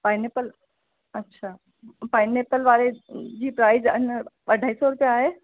pineapple अछा pineapple वारे जी प्राइज आहे न अढाई सौ रुपया आहे